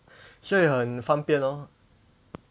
所以很方便咯